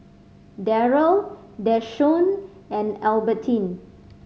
Darryll Deshaun and Albertine